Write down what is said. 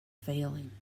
failing